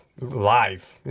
live